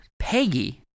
Peggy